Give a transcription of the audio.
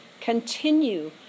continue